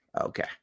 Okay